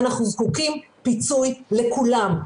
אנחנו זקוקים לפיצוי לכולם.